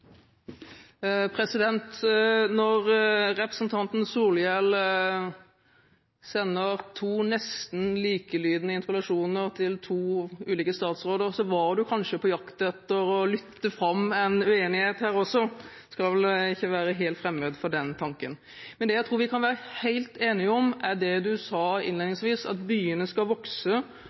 Når representanten Solhjell sender to nesten likelydende interpellasjoner til to ulike statsråder, er han kanskje også på jakt etter å lytte fram en uenighet her. Vi skal vel ikke være helt fremmed for den tanken. Men det jeg tror vi kan være helt enige om, er det Solhjell sa innledningsvis: at byene skal vokse,